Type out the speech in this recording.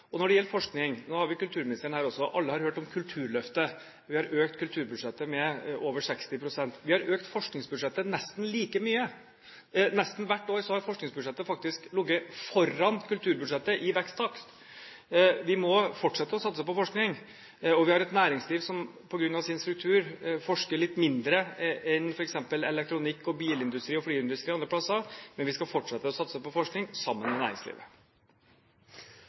Når det gjelder forskning – nå har vi kulturministeren her også – alle har hørt om Kulturløftet: Vi har økt kulturbudsjettet med over 60 pst. Vi har økt forskningsbudsjettet nesten like mye. Nesten hvert år har forskningsbudsjettet faktisk ligget foran kulturbudsjettet i veksttakt, og vi må fortsette å satse på forskning. Vi har et næringsliv som på grunn av sin struktur forsker litt mindre enn f.eks. innen elektronikk, i bilindustri, flyindustri og andre plasser, men vi skal fortsette å satse på forskning sammen med næringslivet.